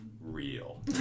real